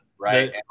right